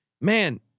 man